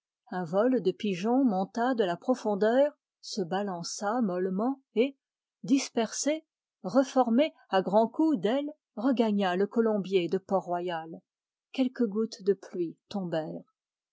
un vol de pigeons monta de la profondeur se balança mollement et dispersé reformé à grands coups d'ailes regagna le colombier de port-royal quelques gouttes de pluie